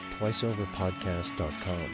twiceoverpodcast.com